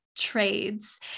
trades